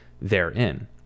therein